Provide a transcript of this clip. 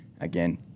Again